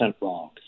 wrong